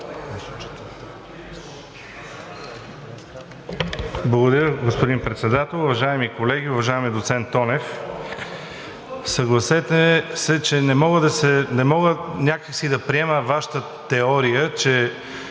Благодаря, господин Председател. Уважаеми колеги! Уважаеми доцент Тонев, съгласете се, но някак си не мога да приема Вашата теория, че